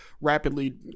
rapidly